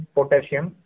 Potassium